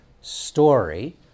story